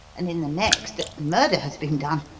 and in the next that murder has been done.